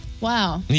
Wow